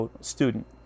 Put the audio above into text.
student